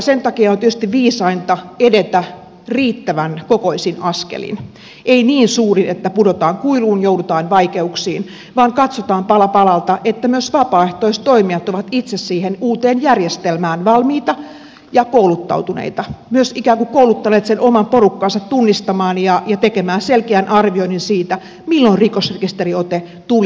sen takia on tietysti viisainta edetä riittävän kokoisin askelin ei niin suurin että pudotaan kuiluun joudutaan vaikeuksiin vaan katsotaan pala palalta että myös vapaaehtoistoimijat ovat itse siihen uuteen järjestelmään valmiita ja kouluttautuneita myös ikään kuin kouluttaneet sen oman porukkansa tunnistamaan ja tekemään selkeän arvioinnin siitä milloin rikosrekisteriote tulisi pyytää